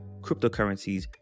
cryptocurrencies